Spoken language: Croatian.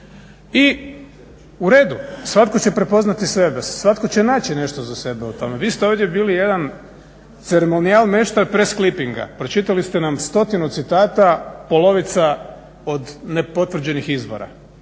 I u redu, svatko će prepoznati sebe, svatko će naći nešto za sebe u tome. Vi ste ovdje bili jedan ceremonijal meštar press clippinga. Pročitali ste nam stotinu citata, polovica od nepotvrđenih izvora.